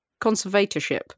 conservatorship